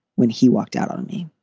when he walked out on me,